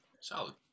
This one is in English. solid